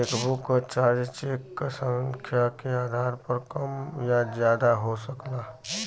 chequebook क charge cheque क संख्या के आधार पर कम या ज्यादा हो सकला